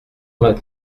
vingt